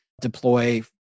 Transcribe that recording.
deploy